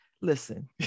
listen